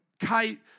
kite